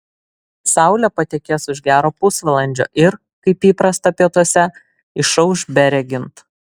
saulė patekės už gero pusvalandžio ir kaip įprasta pietuose išauš beregint